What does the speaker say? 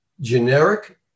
generic